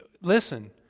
Listen